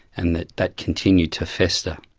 and that that continued to fester.